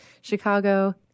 Chicago